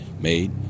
made